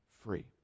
free